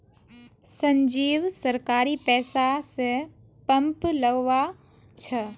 संजीव सरकारी पैसा स पंप लगवा छ